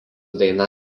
daina